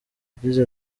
yagize